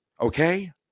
Okay